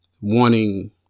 wanting